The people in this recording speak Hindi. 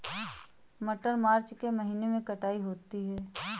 मटर मार्च के महीने कटाई होती है?